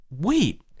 Wait